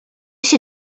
się